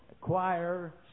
Choir